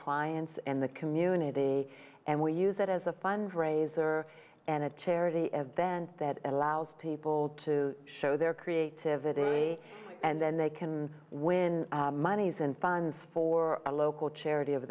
clients and the community and we use that as a fundraiser and a charity event that allows people to show their creativity and then they can win monies and funds for a local charity o